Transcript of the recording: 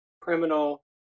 criminal